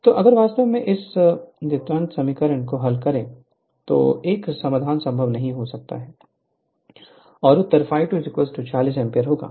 तो अगर वास्तव में इस द्विघात समीकरण को हल करते हैं तो 1 समाधान संभव नहीं हो सकता है और उत्तर ∅ 2 46 एम्पीयर होगा